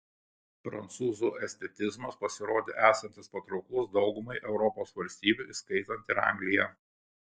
prancūzų estetizmas pasirodė esantis patrauklus daugumai europos valstybių įskaitant ir angliją